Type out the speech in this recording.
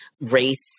race